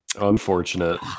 Unfortunate